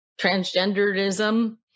transgenderism